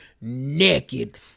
naked